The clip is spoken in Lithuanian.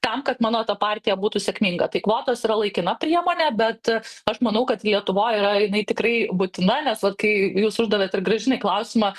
tam kad mano ta partija būtų sėkminga tai kvotos yra laikina priemonė bet aš manau kad lietuvoj yra jinai tikrai būtina nes vat kai jūs uždavėt ir gražinai klausimą